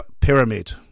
Pyramid